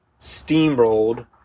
steamrolled